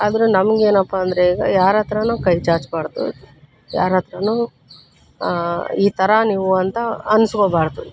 ಆದ್ರೆ ನಮ್ಗೆ ಏನಪ್ಪ ಅಂದರೆ ಈಗ ಯಾರ ಹತ್ರನೂ ಕೈ ಚಾಚಬಾರ್ದು ಯಾರ ಹತ್ತಿರನೂ ಈ ಥರ ನೀವು ಅಂತ ಅನಿಸ್ಕೋಬಾರ್ದು